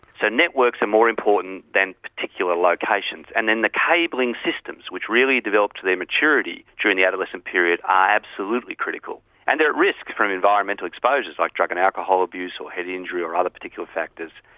so networks are more important than particular locations and then the cabling systems which really develop to their maturity during the adolescent period are absolutely critical and they're at risk from environmental exposures like drug and alcohol abuse, or head injury or other particular factors.